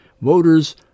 voters